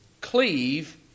cleave